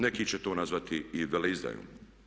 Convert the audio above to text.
Neki će to nazvati i veleizdajom.